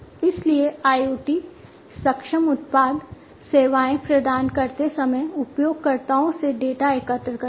इसलिए IoT सक्षम उत्पाद सेवाएँ प्रदान करते समय उपयोगकर्ताओं से डेटा एकत्र करते हैं